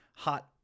Hot